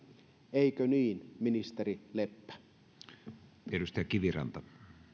eikö niin ministeri leppä